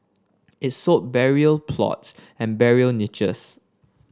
it sold burial plots and burial niches